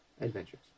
adventures